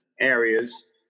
areas